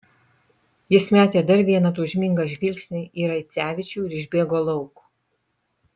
jis metė dar vieną tūžmingą žvilgsnį į raicevičių ir išbėgo lauk